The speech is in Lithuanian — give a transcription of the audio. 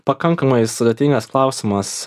pakankamai sudėtingas klausimas